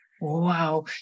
Wow